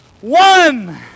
one